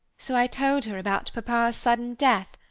so i told her about papa's sudden death,